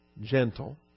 gentle